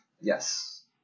Yes